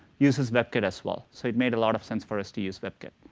uses webkit as well. so it made a lot of sense for us to use webkit.